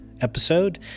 episode